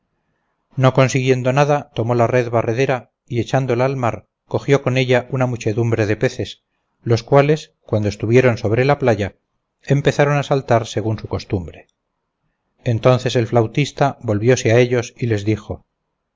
no consiguiendo nada tomó la red barredera y echándola al mar cogió con ella una muchedumbre de peces los cuales cuando estuvieron sobre la playa empezaron a saltar según su costumbre entonces el flautista volvióse a ellos y les dijo